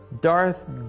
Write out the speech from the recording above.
Darth